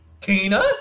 Tina